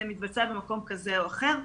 זה מתבצע במקום כזה או אחר.